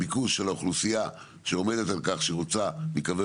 הביקוש של האוכלוסייה שעומדת על כך שרוצה להיקבר